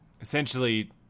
essentially